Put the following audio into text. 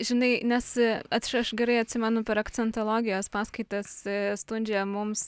žinai nes atš aš gerai atsimenu per akcentologijos paskaitas stundžia mums